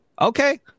Okay